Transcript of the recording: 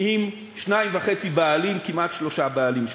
עם שניים-וחצי בעלים, כמעט שלושה בעלים שונים.